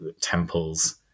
temples